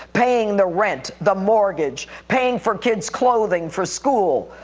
paying the rent, the mortgage, paying for kids' clothing, for school.